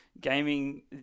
gaming